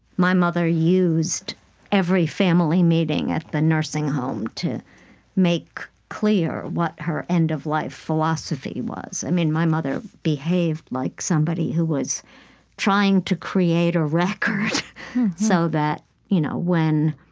my mother used every family meeting at the nursing home to make clear what her end-of-life philosophy was. i mean, my mother behaved like somebody who was trying to create a record so that you know when